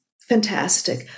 fantastic